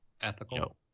ethical